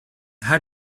how